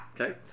Okay